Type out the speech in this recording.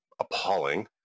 appalling